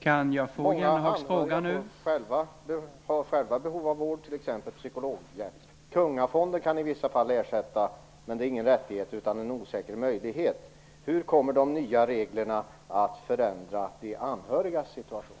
Många anhöriga har själva behov av vård, t.ex. av psykologhjälp. Kungafonden kan i vissa fall ersätta, men det är ingen rättighet utan en osäker möjlighet. Hur kommer de nya reglerna att förändra de anhörigas situation?